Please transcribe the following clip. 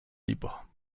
libre